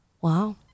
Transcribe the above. Wow